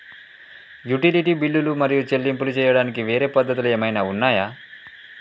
Utility బిల్లులు మరియు చెల్లింపులు చేయడానికి వేరే పద్ధతులు ఏమైనా ఉన్నాయా?